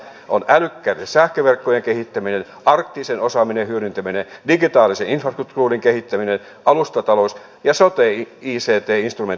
on älykkäitten sähköverkkojen kehittäminen arktisen osaamisen hyödyntäminen digitaalisen infrastruktuurin kehittäminen alustatalous ja sote ict instrumenttien rakentaminen